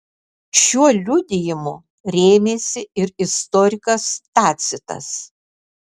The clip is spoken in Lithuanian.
šiuo liudijimu rėmėsi ir istorikas tacitas